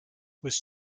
was